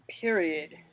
Period